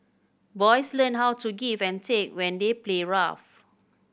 boys learn how to give and take when they play rough